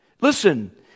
Listen